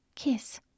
kiss